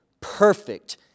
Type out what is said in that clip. perfect